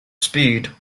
speed